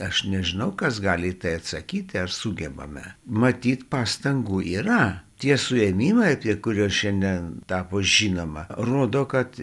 aš nežinau kas gali į tai atsakyt ar sugebame matyt pastangų yra tie suėmimai apie kuriuos šiandien tapo žinoma rodo kad